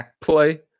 play